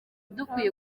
dukwiye